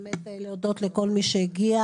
באמת להודות לכל מי שהגיע.